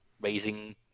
raising